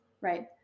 Right